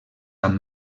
amb